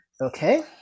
Okay